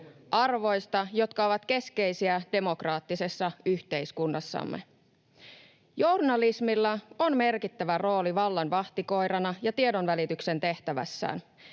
arvoista, jotka ovat keskeisiä demokraattisessa yhteiskunnassamme. Journalismilla on merkittävä rooli vallan vahtikoirana ja tiedonvälityksen tehtävässään.